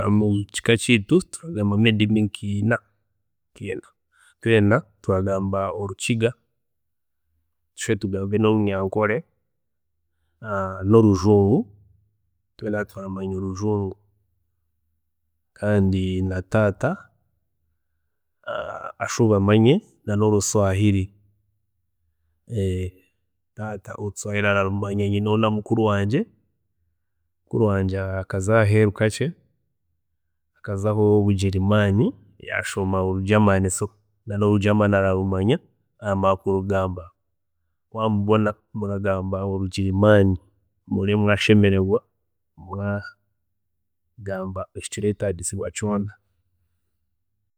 ﻿Omu kika kiitu twiinemu endimi nka ina, nka ina, tweena turagamba orukiga, tushube tugambe norunyankore, norujungu, twena turamanya orujungu kandi na taata ashube amanye n'orushwahiri, taata orushwahiri ararumanya, nyineho na mukuru wangye, mukuru wangye akazaho aheeru kakye, yashomayo oru germany, so noru germany ararumanya, so noru germany ararumanya, aramanya kurugamba wamubona abagamba orugirimaani ohurire mwashemererwa mwagamba ekiretagiisibwa kyoona